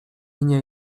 nie